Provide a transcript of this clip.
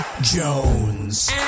Jones